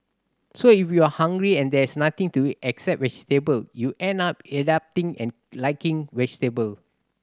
so if you are hungry and there is nothing to except vegetable you end up adapting and liking vegetable